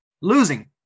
Losing